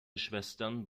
schwestern